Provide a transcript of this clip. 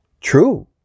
True